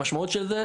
המשמעות של זה,